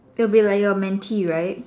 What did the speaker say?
they will be like your mentee right